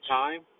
time